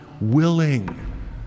willing